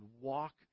walk